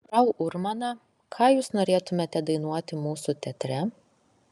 frau urmana ką jūs norėtumėte dainuoti mūsų teatre